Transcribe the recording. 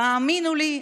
תאמינו לי,